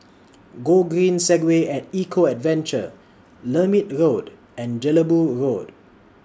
Gogreen Segway At Eco Adventure Lermit Road and Jelebu Road